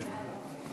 כן.